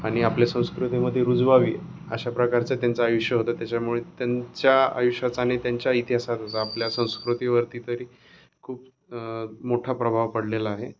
आणि आपल्या संस्कृतीमध्ये रुजवावी अशा प्रकारचं त्यांचं आयुष्य होतं त्याच्यामुळे त्यांच्या आयुष्याचा आणि त्यांच्या इतिहासाचा आपल्या संस्कृतीवरती तरी खूप मोठा प्रभाव पडलेला आहे